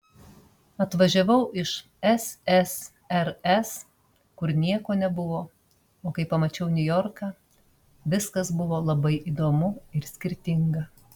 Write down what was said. atvažiavau iš ssrs kur nieko nebuvo o kai pamačiau niujorką viskas buvo labai įdomu ir skirtinga